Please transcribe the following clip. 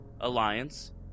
Alliance